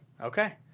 Okay